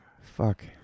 Fuck